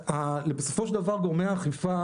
בסופו של דבר גורמי האכיפה,